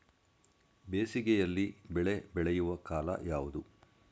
ಬೇಸಿಗೆ ಯಲ್ಲಿ ಬೆಳೆ ಬೆಳೆಯುವ ಕಾಲ ಯಾವುದು?